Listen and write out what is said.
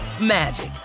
magic